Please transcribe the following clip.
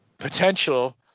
potential